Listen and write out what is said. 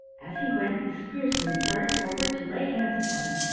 as he went, the spearsmen started forward to lay hands upon him,